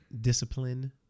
discipline